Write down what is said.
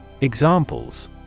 Examples